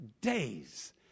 days